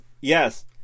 Yes